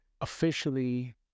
officially